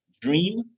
dream